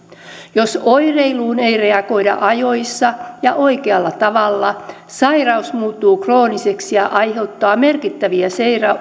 jos oireiluun ei reagoida ajoissa ja oikealla tavalla sairaus muuttuu krooniseksi ja aiheuttaa merkittäviä